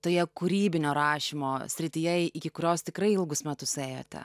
toje kūrybinio rašymo srityje iki kurios tikrai ilgus metus ėjote